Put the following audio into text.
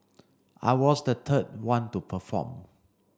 I was the third one to perform